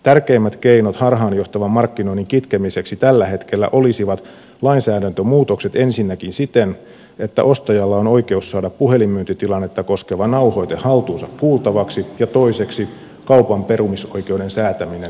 tärkeimmät keinot harhaanjohtavan markkinoinnin kitkemiseksi tällä hetkellä olisivat lainsäädäntömuutokset ensinnäkin siten että ostajalla on oikeus saada puhelinmyyntitilannetta koskeva nauhoite haltuunsa kuultavaksi ja toiseksi kaupan perumisoikeuden säätäminen tietyissä tilanteissa